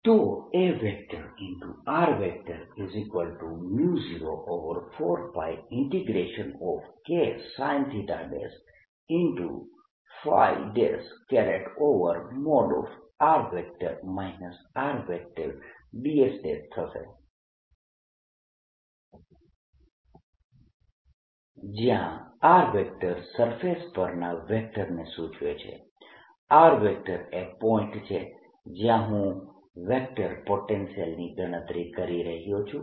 તો A04πKsin|r R|ds થશે જ્યાં R સરફેસ પરના વેક્ટરને સૂચવે છે r એ પોઇન્ટ છે જ્યાં હું વેક્ટર પોટેન્શિયલની ગણતરી કરી રહ્યો છું